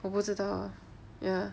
我不知道 ya